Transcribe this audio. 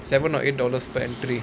seven or eight dollars per entry